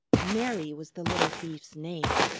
mary was the little thief's name.